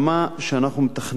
שאנחנו מתכננים,